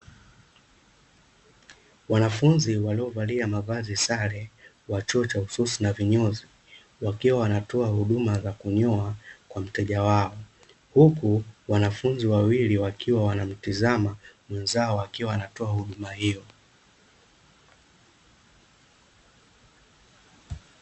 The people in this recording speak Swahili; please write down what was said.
Wanafunzi waliovalia mavazi sare wa chuo cha ususi na vinyozi, wakiwa wanatoa huduma za kunyoa kwa mteja wao huku wanafunzi wawili wakiwa wanamtizama mwenzao, akiwa anatoa huduma hiyo.